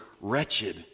wretched